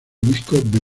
disco